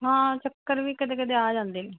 ਹਾਂ ਚੱਕਰ ਵੀ ਕਦੇ ਕਦੇ ਆ ਜਾਂਦੇ ਨੇ